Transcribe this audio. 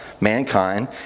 mankind